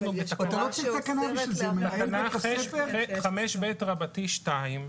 בתקנה 5ב(2)